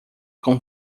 com